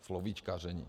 Slovíčkaření.